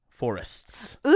Forests